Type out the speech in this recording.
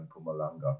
Pumalanga